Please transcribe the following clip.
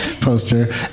poster